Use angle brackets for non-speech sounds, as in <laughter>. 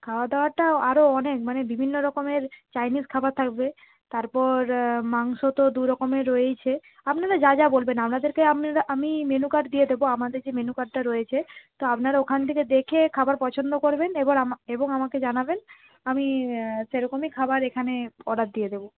খাওয়া দাওয়াটা আরও অনেক মানে বিভিন্ন রকমের চাইনিজ খাবার থাকবে তারপর মাংস তো দুরকমের রয়েইছে আপনারা যা যা বলবেন আপনাদেরকে <unintelligible> আমি মেনু কার্ড দিয়ে দেবো আমাদের যে মেনু কার্ডটা রয়েছে তা আপনারা ওখান থেকে দেখে খাবার পছন্দ করবেন এবার <unintelligible> এবং আমাকে জানাবেন আমি সেরকমই খাবার এখানে অর্ডার দিয়ে দেবো